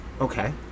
Okay